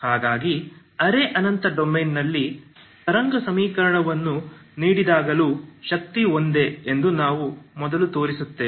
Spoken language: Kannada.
ಹಾಗಾಗಿ ಅರೆ ಅನಂತ ಡೊಮೇನ್ನಲ್ಲಿ ತರಂಗ ಸಮೀಕರಣವನ್ನು ನೀಡಿದಾಗಲೂ ಶಕ್ತಿ ಒಂದೇ ಎಂದು ನಾವು ಮೊದಲು ತೋರಿಸುತ್ತೇವೆ